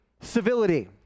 civility